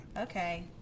Okay